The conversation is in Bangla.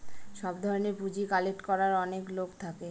সব ধরনের পুঁজি কালেক্ট করার অনেক লোক থাকে